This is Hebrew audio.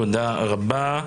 תודה רבה.